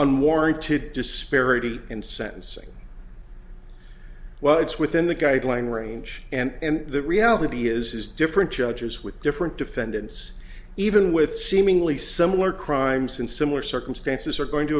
unwarranted disparity in sentencing well it's within the guidelines range and the reality is is different judges with different defendants even with seemingly similar crimes in similar circumstances are going to